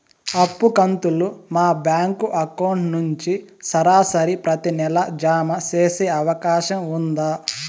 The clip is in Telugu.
అప్పు కంతులు మా బ్యాంకు అకౌంట్ నుంచి సరాసరి ప్రతి నెల జామ సేసే అవకాశం ఉందా?